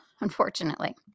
unfortunately